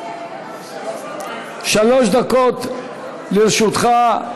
שלוש דקות לרשותך.